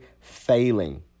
Failing